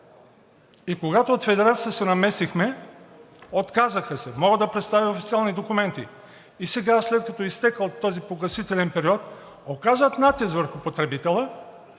И когато от Федерацията се намесихме, отказаха се – мога да представя официални документи. И сега, след като е изтекъл този погасителен период, оказват натиск върху потребителя